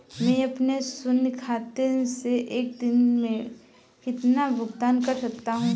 मैं अपने शून्य खाते से एक दिन में कितना भुगतान कर सकता हूँ?